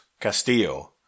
Castillo